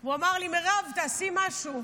הוא אמר לי: מירב תעשי משהו.